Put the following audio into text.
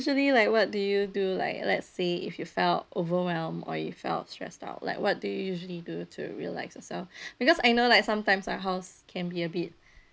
usually like what do you do like let's say if you felt overwhelmed or you felt stressed out like what do you usually do to relax yourself because I know like sometimes our house can be a bit